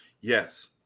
Yes